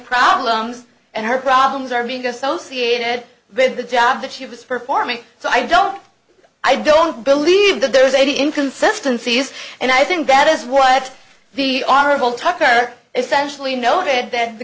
problems and her problems are being associated with the job that she was performing so i don't i don't believe that there is any inconsistency is and i think that is what the honorable tucker essentially noted that the